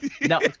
No